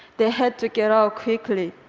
they had to get out quickly.